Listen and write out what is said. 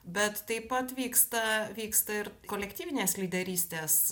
bet taip pat vyksta vyksta ir kolektyvinės lyderystės